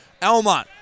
Elmont